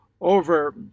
over